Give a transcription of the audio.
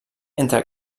entre